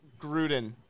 Gruden